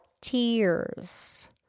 tears